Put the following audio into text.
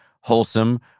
wholesome